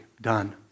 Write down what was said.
done